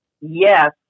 Yes